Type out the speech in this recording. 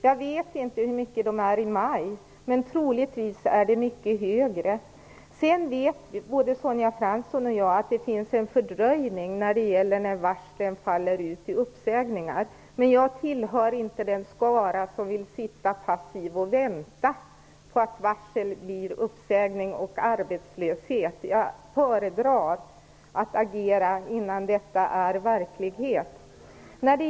Jag vet inte hur många varsel det blir i maj, men troligtvis är siffran mycket högre. Både Sonja Fransson och jag vet att det är en fördröjning innan varsel faller ut och blir till uppsägningar. Jag tillhör inte den skara som vill sitta passiv och vänta på att varsel blir till uppsägningar och arbetslöshet. Jag föredrar att agera innan detta blir verklighet.